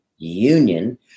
Union